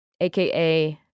AKA